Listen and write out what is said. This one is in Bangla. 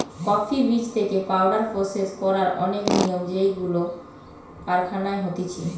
কফি বীজ থেকে পাওউডার প্রসেস করার অনেক নিয়ম যেইগুলো কারখানায় হতিছে